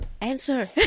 answer